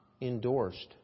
endorsed